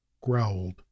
growled